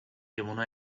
devono